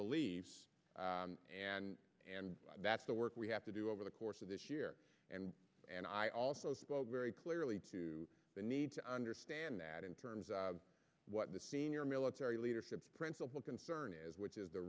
beliefs and and that's the work we have to do over the course of this year and and i also spoke very clearly to the need to understand that in terms of what the senior military leadership principle concern is which is the